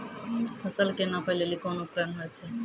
फसल कऽ नापै लेली कोन उपकरण होय छै?